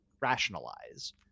rationalize